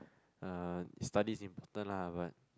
uh study is important lah but